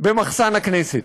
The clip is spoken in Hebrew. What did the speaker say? במחסן הכנסת.